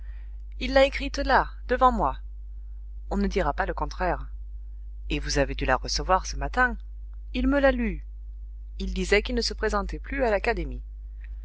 il l'a écrite là devant moi on ne dira pas le contraire et vous avez dû la recevoir ce matin il me l'a lue il disait qu'il ne se présentait plus à l'académie